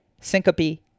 syncope